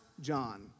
John